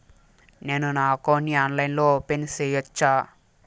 నేను నా అకౌంట్ ని ఆన్లైన్ లో ఓపెన్ సేయొచ్చా?